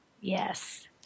Yes